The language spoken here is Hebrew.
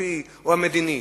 הכספי או המדיני.